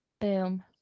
boom